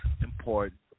important